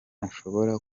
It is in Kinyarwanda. ntashobora